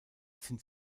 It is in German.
sind